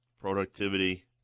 productivity